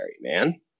man